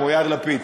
כמו יאיר לפיד,